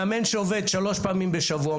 מאמן שעובד שלוש פעמים בשבוע,